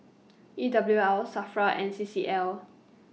E W L SAFRA and C C L